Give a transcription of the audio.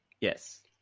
Yes